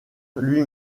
lui